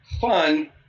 fun